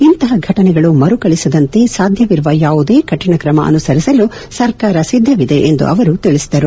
ಇಂತಪ ಫಟನೆಗಳು ಮರುಕಳಿಸದಂತೆ ಸಾಧ್ವವಿರುವ ಯಾವುದೇ ಕಠಿಣ ಕ್ರಮ ಅನುಸರಿಸಲು ಸರ್ಕಾರ ಸಿದ್ದವಿದೆ ಎಂದು ಅವರು ತಿಳಿಸಿದರು